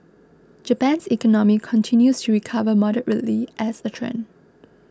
Japan's economy continues to recover moderately as a trend